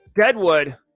Deadwood